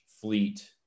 fleet